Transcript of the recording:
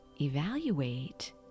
evaluate